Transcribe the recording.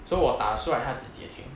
so 我打是 right 他直接听